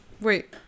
wait